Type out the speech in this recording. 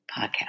podcast